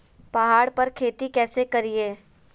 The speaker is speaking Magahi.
पहाड़ पर खेती कैसे करीये?